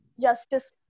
justice